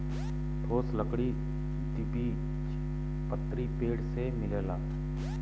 ठोस लकड़ी द्विबीजपत्री पेड़ से मिलेला